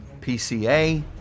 PCA